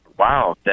Wow